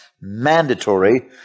mandatory